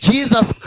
Jesus